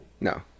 No